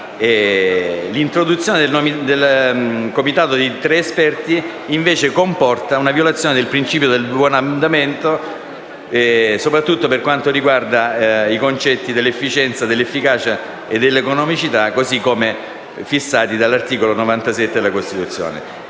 l'introduzione del comitato degli esperti comporta una violazione del principio del buon andamento, soprattutto per quanto riguarda i concetti dell'efficienza, dell'efficacia e dell'economicità, come fissati dall'articolo 97 della Costituzione.